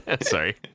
Sorry